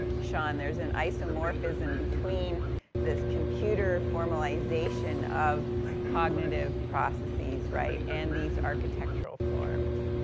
sean, there's an isomorphism between this computer formalization of cognitive processes, right, and these architectural forms,